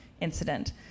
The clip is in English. incident